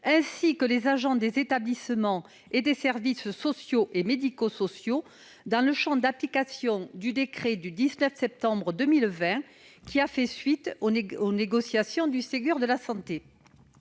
ainsi que des agents des établissements et des services sociaux et médico-sociaux, dans le champ d'application du décret du 19 septembre 2020, qui a fait suite aux négociations du Ségur de la santé.